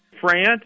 France